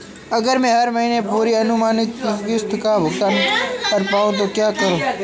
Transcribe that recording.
अगर मैं हर महीने पूरी अनुमानित किश्त का भुगतान नहीं कर पाता तो क्या होगा?